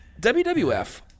WWF